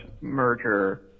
merger